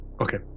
Okay